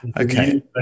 Okay